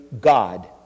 God